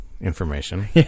information